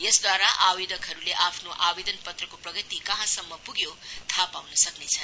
यसबाट आवेदकहरूले आफ्नो आवेदन पत्रको प्रगति कहाँसम्म पुग्यो थाहा पाउन सक्नेछन्